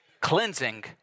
Cleansing